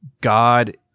God